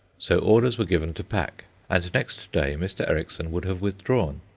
so orders were given to pack, and next day mr. ericksson would have withdrawn.